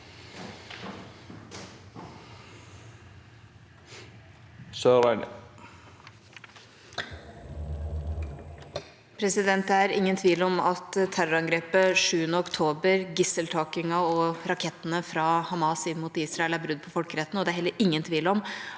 (H) Det er ingen tvil om at terrorangrepet 7. oktober, gisseltakingen og rakettene fra Hamas mot Israel er brudd på folkeretten. Det er heller ingen tvil om